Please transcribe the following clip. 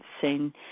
seen